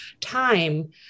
time